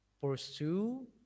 pursue